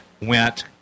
went